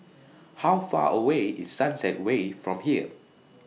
How Far away IS Sunset Way from here